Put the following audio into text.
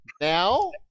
now